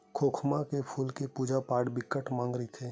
खोखमा के फूल के पूजा पाठ बर बिकट मांग रहिथे